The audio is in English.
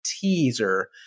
teaser